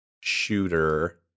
shooter